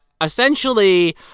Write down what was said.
essentially